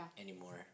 anymore